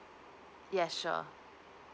yes sure